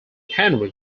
henry